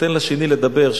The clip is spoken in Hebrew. תן לשני לדבר,